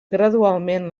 gradualment